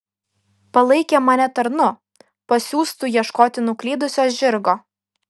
palaikė mane tarnu pasiųstu ieškoti nuklydusio žirgo